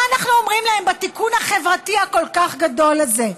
מה אנחנו אומרים להם בלי התיקון החברתי הכל-כך גדול הזה?